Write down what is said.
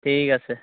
ঠিক আছে